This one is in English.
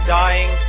dying